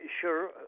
sure